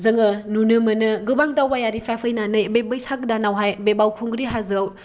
जोङो नुनो मोनो गोबां दावबावारिफ्रा फैनानै बे बैसाग दानावहाय बावखुंग्रि हाजोआव